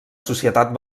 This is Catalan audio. societat